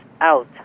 out